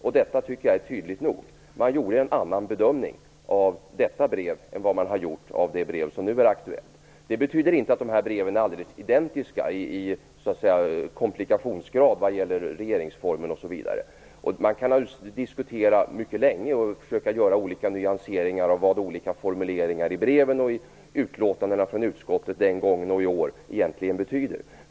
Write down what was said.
Jag tycker att detta är tydligt nog. Man gjorde en annan bedömning av detta brev än vad man har gjort av det brev som nu är aktuellt. Detta betyder inte att dessa brev är alldeles identiska vad gäller graden av komplikation i förhållande till regeringsformen osv. Man kan diskutera mycket länge och försöka göra olika nyanseringar av vad olika formuleringar i breven och i utlåtandena från utskottet den gången och i år egentligen betyder.